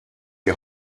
die